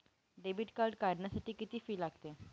Debit card काढण्यासाठी किती fee लागते?